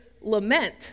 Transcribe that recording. lament